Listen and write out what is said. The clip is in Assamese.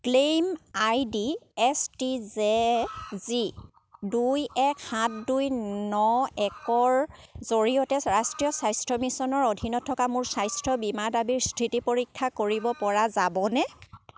claim I D H T J G দুই এক সাত দুই ন একৰ জৰিয়তে ৰাষ্ট্ৰীয় স্বাস্থ্য মিছনৰ অধীনত থকা মোৰ স্বাস্থ্য বীমা দাবীৰ স্থিতি পৰীক্ষা কৰিব পৰা যাবনে